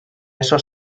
eso